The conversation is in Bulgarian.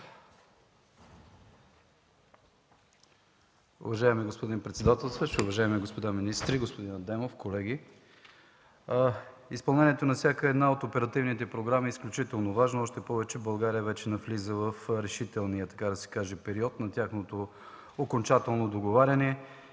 Уважаеми господин председателстващ, уважаеми господа министри, колеги! Господин Адемов, изпълнението на всяка една от оперативните програми е изключително важно, още повече че България вече навлиза в решителния период на тяхното окончателно договаряне